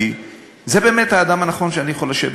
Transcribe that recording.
כי זה באמת האדם הנכון שאני יכול לשבת